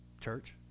church